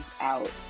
out